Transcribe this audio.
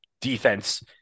defense